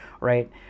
right